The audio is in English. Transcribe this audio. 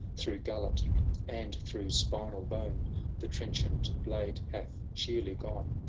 through gullet and through spinal bone the trenchant blade hath sheerly gone.